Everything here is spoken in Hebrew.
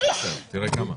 תראה כמה.